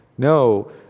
No